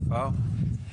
החקלאות.